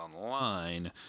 online